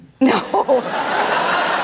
No